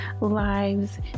lives